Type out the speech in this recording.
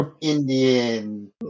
Indian